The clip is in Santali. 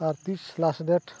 R this last date